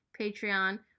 patreon